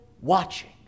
watching